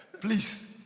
Please